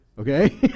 Okay